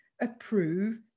approve